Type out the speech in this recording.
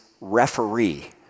referee